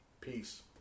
Peace